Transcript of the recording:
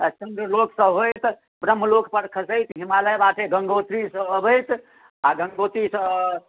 आ चन्द्र लोकसँ होइत ब्रह्मलोकपर खसैत हिमालय बाटे गङ्गोत्रीसँ अबैत आ गङ्गोत्रीसँ